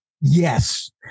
Yes